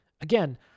Again